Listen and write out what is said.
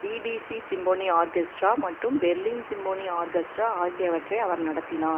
BBC symphony orchestra மற்றும் Berlin symphony orchestra ஆகியவற்றை அவர் நடத்தினார்